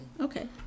okay